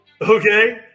okay